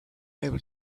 able